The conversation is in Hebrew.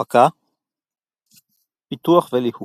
הפקה פיתוח וליהוק